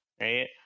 right